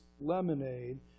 lemonade